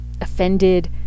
offended